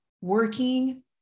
working